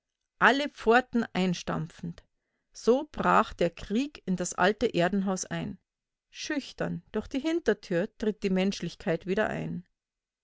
alle pforten einstampfend so brach der krieg in das alte erdenhaus ein schüchtern durch die hintertür tritt die menschlichkeit wieder ein